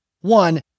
one